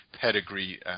pedigree